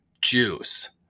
juice